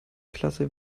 klasse